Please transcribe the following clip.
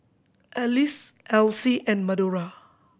Alex Alcie and Madora